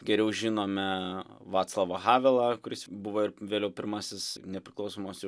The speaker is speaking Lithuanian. geriau žinome vaclavą havelą kuris buvo ir vėliau pirmasis nepriklausomos